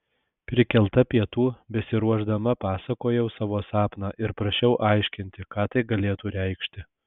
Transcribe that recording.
prikelta pietų besiruošdama pasakojau savo sapną ir prašiau aiškinti ką tai galėtų reikšti